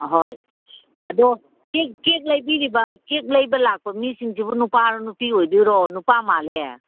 ꯑꯍꯣꯏ ꯑꯗꯣ ꯀꯦꯛ ꯂꯩꯕꯤꯔꯤꯕ ꯀꯦꯛ ꯂꯩꯕ ꯂꯥꯛꯄ ꯃꯤꯁꯤꯡꯁꯤꯕꯨ ꯅꯨꯄꯥꯔꯣ ꯅꯨꯄꯤ ꯑꯣꯏꯗꯣꯏꯔꯣ ꯅꯨꯄꯥ ꯃꯥꯜꯂꯦ